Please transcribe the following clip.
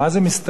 מה זה מסתננים?